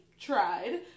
tried